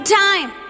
time